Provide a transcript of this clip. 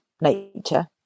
nature